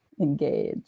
engage